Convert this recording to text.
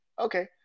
Okay